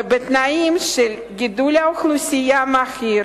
ובתנאים של גידול אוכלוסייה מהיר